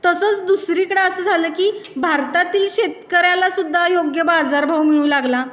तसंच दुसरीकडं असं झालं की भारतातील शेतकऱ्याला सुद्धा योग्य बाजारभाव मिळू लागला